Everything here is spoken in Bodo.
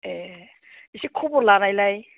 एह एसे खबर लानायलाय